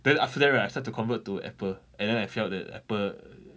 then after that when I start to convert to apple and then I felt that apple